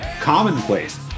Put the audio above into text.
commonplace